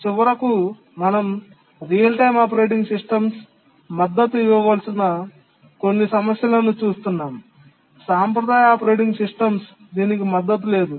చివరకు మనం real time operating systems మద్దతు ఇవ్వవలసిన కొన్ని సమస్యలను చూస్తున్నాము సాంప్రదాయ ఆపరేటింగ్ సిస్టమ్స్ దీనికి మద్దతు లేదు